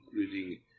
including